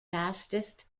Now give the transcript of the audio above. fastest